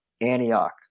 Antioch